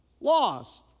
lost